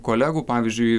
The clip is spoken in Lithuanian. kolegų pavyzdžiui